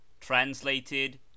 Translated